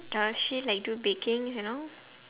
does she like do baking you know